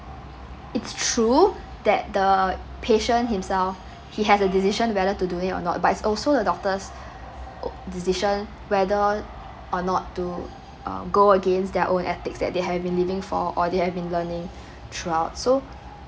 it's true that the patient himself he has the decision whether to donate or not but is also the doctor's decision whether or not to um go against their own ethics that they've been living for or they've been learning throughout so